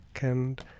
and-